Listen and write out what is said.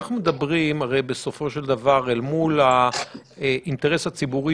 אנחנו מדברים בסופו של דבר אל מול האינטרס הציבורי